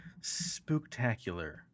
spooktacular